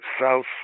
south